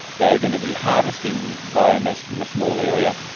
they are going to be harvesting biomass from a small area,